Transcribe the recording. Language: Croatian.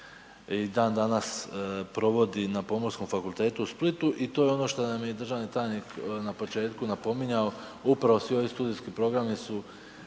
i dandanas provodi na Pomorskom fakultetu u Splitu i to je ono što nam je državni tajnik na početku napominjao, upravo svi ovi studijski programi su